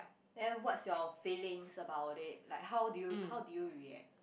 then what's your feelings about it like how do you how do you react